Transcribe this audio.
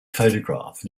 photograph